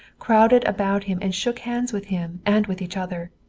crowded about him and shook hands with him, and with each other.